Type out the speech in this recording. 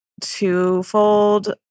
twofold